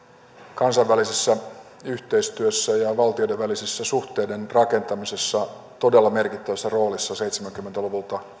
kansainvälisessä yhteistyössä ja valtioiden välisessä suhteiden rakentamisessa todella merkittävässä roolissa seitsemänkymmentä luvulta